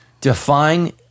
define